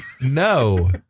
no